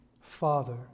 Father